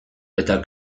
eta